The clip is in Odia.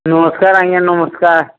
ନମସ୍କାର ଆଜ୍ଞା ନମସ୍କାର